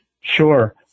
Sure